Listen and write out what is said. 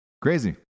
Crazy